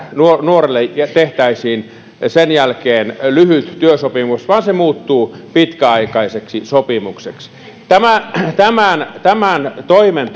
nuorelle tehtäisiin sen jälkeen lyhyt työsopimus vaan se muuttuu pitkäaikaiseksi sopimukseksi tämän tämän toimen